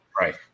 Right